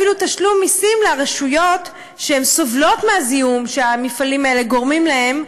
אפילו תשלום מיסים לרשויות שסובלות מהזיהום שהמפעלים האלה גורמים להם,